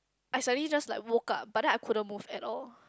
I suddenly just like woke up but then I couldn't move at all